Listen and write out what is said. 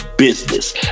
business